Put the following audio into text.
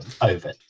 over